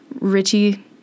Richie